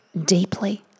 deeply